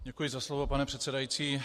Děkuji za slovo, pane předsedající.